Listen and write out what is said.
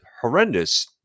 horrendous